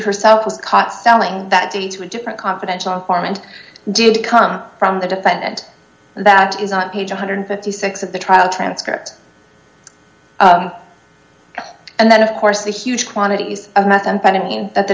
herself was caught selling that to a different confidential informant did come from the defendant that is not page one hundred and fifty six of the trial transcript and then of course the huge quantities of methamphetamine that the